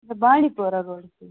اچھا بانڈی پورہ روزان